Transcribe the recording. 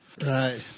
right